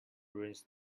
ruins